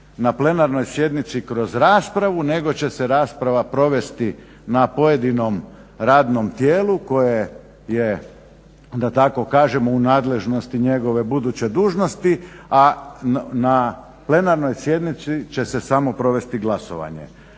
na plenarnoj sjednici kroz raspravu nego će se rasprava provesti na pojedinom radnom tijelu koje je da tako kažemo u nadležnosti njegove buduće dužnosti, a na plenarnoj sjednici će se samo provesti glasovanje.